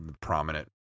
prominent